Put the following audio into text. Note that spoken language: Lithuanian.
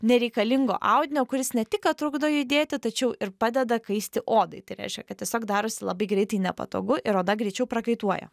nereikalingo audinio kuris ne tik kad trukdo judėti tačiau ir padeda kaisti odai tai reiškia kad tiesiog darosi labai greitai nepatogu ir oda greičiau prakaituoja